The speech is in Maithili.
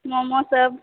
मोमोसभ